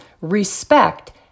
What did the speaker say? respect